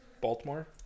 Baltimore